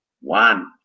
One